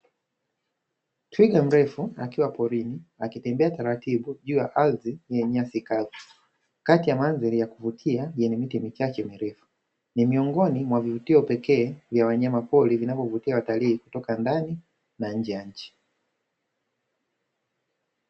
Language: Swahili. Twiga mrefu akiwa porini akitembea taratibu juu ardhi yenye nyasi kavu, kati ya mandhari ya kuvutia yenye miti michache mirefu. Ni miongoni mwa vivutio pekee vya wanyamapori vinavyovutia watalii kutoka ndani na nje ya nchi.